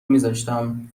میذاشتم